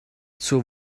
zur